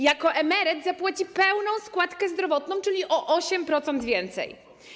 Jako emeryt zapłaci pełną składkę zdrowotną, czyli o 8% więcej.